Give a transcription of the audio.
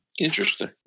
Interesting